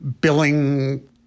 billing